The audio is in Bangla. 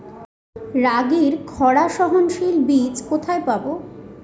রাগির খরা সহনশীল বীজ কোথায় পাবো?